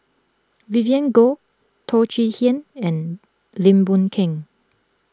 Vivien Goh Teo Chee Hean and Lim Boon Keng